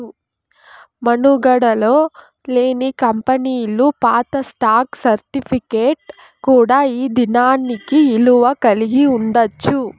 మనుగడలో లేని కంపెనీలు పాత స్టాక్ సర్టిఫికేట్ కూడా ఈ దినానికి ఇలువ కలిగి ఉండచ్చు